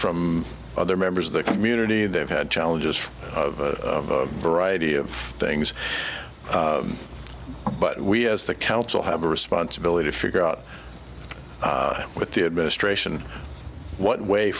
from other members of the community they've had challenges of a variety of things but we as the council have a responsibility to figure out with the administration what way